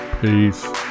peace